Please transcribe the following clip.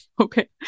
okay